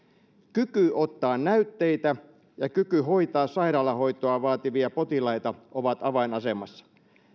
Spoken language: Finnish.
kyky ottaa näytteitä ja kyky hoitaa sairaalahoitoa vaativia potilaita ovat avainasemassa